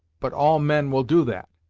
but all men will do that.